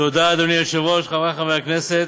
תודה, אדוני היושב-ראש, חברי חברי הכנסת,